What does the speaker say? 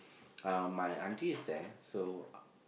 uh my aunty is there so